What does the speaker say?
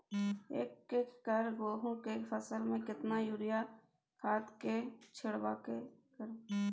एक एकर गेहूँ के फसल में केतना यूरिया खाद के छिरकाव करबैई?